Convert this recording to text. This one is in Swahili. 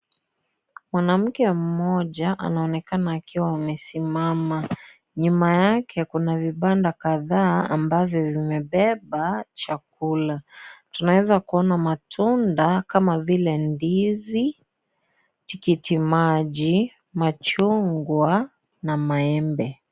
Mwanamke mmoja anaonekana akiwa amesimama. Nyuma yake kuna vibnda kadhaa ambavyo vimebeba chakula. Tunaweza kuona matunda kama vile ndizi, tikitimaji, machungwa na maembe.